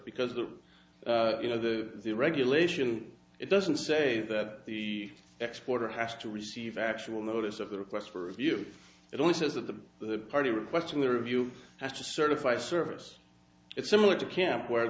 because the you know the regulation it doesn't say that the exporter has to receive actual notice of the request for review it only says that the the party requesting the review has to certify service it's similar to camp where